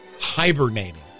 hibernating